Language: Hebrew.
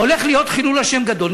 הולך להיות חילול השם גדול.